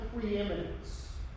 preeminence